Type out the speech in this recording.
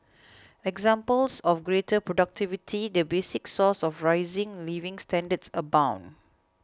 examples of greater productivity the basic source of rising living standards abound